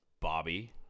Bobby